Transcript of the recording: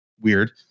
Weird